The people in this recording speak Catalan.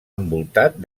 envoltat